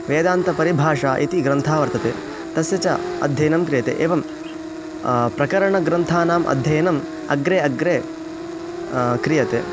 वेदान्तपरिभाषा इति ग्रन्थः वर्तते तस्य च अध्ययनं क्रियते एवं प्रकरणग्रन्थानाम् अध्ययनम् अग्रे अग्रे क्रियते